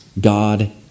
God